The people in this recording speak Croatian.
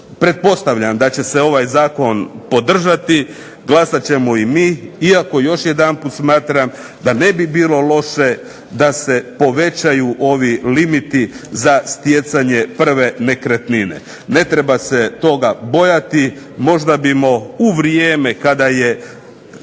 pretpostavljam da će se ovaj zakon podržati. Glasat ćemo i mi iako još jedanput smatram da ne bi bilo loše da se povećaju ovi limiti za stjecanje prve nekretnine. Ne treba se toga bojati. Možda bismo u vrijeme kada je